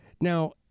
Now